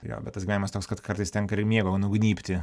jo bet tas gyvenimas toks kad kartais tenka ir miego nugnybti